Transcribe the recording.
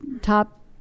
top